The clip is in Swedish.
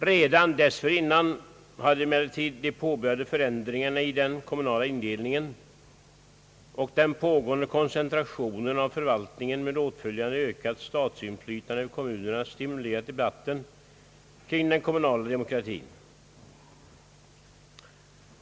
Redan dessförinnan hade emellertid de påbörjade förändringarna i den kommunala indelningen och den pågående koncentratiopen av förvaltningen med åtföljande ökat statsinflytande över kommunerna stimulerat debatten kring den kommunala demokratin.